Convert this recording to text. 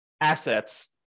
assets